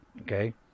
okay